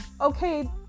okay